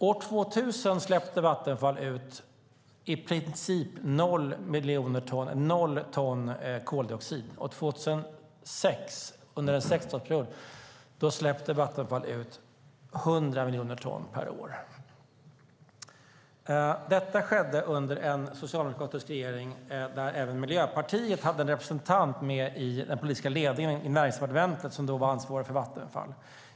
År 2000 släppte Vattenfall ut i princip noll ton koldioxid. År 2006, sex år efter, släppte Vattenfall ut 100 miljoner ton per år. Detta skedde under en socialdemokratisk regering där även Miljöpartiet hade representant med i den politiska ledningen i Näringsdepartementet som hade ansvaret för Vattenfall.